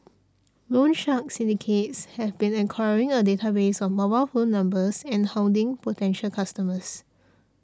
loan shark syndicates have been acquiring a database of mobile phone numbers and hounding potential customers